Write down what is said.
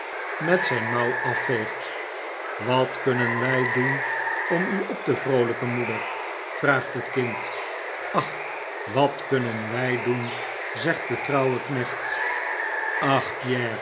met zijn mouw afveegt wat kunnen wij doen om u op te vroolijken moeder vraagt het kind ach wat kunnen wij doen zegt de trouwe knecht ach